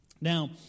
Now